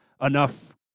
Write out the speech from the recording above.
enough